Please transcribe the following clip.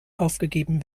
aufgegeben